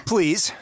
Please